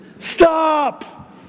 Stop